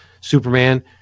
Superman